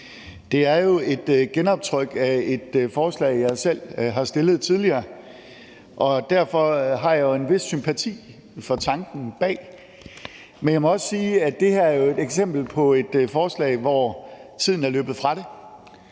Det er jo et genoptryk af et forslag, jeg selv har fremsat tidligere. Derfor har jeg jo en vis sympati for tanken bag. Men jeg må også sige, at det her er et eksempel på et forslag, som tiden er løbet fra.